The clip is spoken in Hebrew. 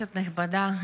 כנסת נכבדה,